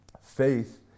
faith